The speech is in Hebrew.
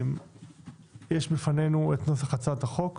יש בפנינו נוסח הצעת החוק.